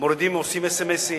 אס.אם.אס.